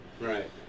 Right